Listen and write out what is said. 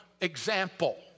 example